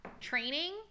training